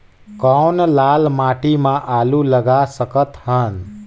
कौन लाल माटी म आलू लगा सकत हन?